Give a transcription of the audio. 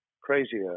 crazier